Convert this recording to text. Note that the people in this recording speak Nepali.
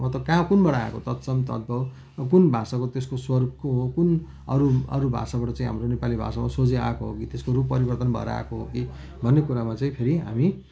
त कहाँ कुनबाट आएको तत्सम तद्भव कुन भाषाको त्यसको स्वरूप को हो कुन अरू अरू भाषाबाट चाहिँ हाम्रो नेपाली भाषामा सोझै आएको हो कि त्यसको रूप परिवर्तन भएर आएको हो कि भन्ने कुरामा चाहिँ फेरि हामी